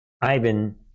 Ivan